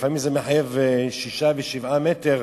לפעמים זה מחייב 6 ו-7 מטר,